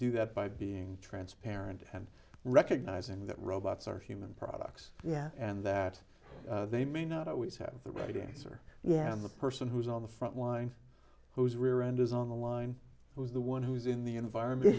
do that by being transparent and recognizing that robots are human products yeah and that they may not always have the right answer yeah the person who's on the front line who's rear end is on the line who's the one who's in the environment